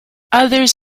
others